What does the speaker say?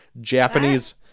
Japanese